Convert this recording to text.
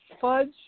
fudge